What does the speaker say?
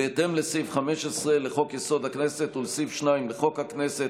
בהתאם לסעיף 15 לחוק-יסוד: הכנסת ולסעיף 2 לחוק הכנסת,